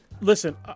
Listen